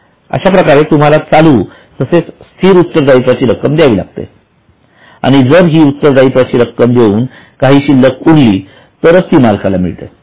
अशाप्रकारे तुम्हाला चालू तसेच स्थिर उत्तरदायित्वाची रक्कम द्यावी लागते आणि जर ही उत्तरदायित्वाची रक्कम देऊन काही रक्कम उरली तरच ती मालकाला मिळते